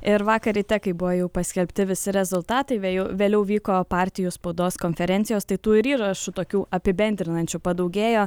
ir vakar ryte kai buvo jau paskelbti visi rezultatai vėjau vėliau vyko partijų spaudos konferencijos tai tų ir įrašų tokių apibendrinančių padaugėjo